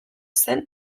zen